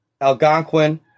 Algonquin